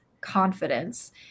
confidence